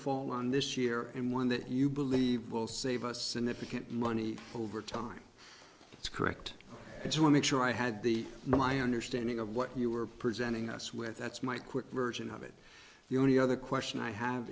fall on this year and one that you believe will save us significant money over time it's correct as well make sure i had the my understanding of what you were presenting us with that's my quick version of it the only other question i have